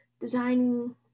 designing